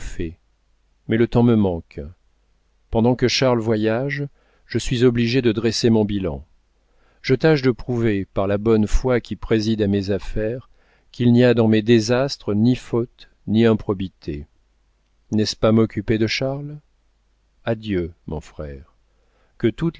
mais le temps me manque pendant que charles voyage je suis obligé de dresser mon bilan je tâche de prouver par la bonne foi qui préside à mes affaires qu'il n'y a dans mes désastres ni faute ni improbité n'est-ce pas m'occuper de charles adieu mon frère que toutes